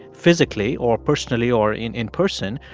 physically or personally or in in person,